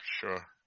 sure